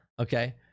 okay